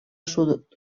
sud